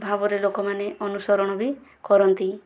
ଭାବରେ ଲୋକମାନେ ଅନୁସରଣ ବି କରନ୍ତି